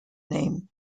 name